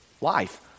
life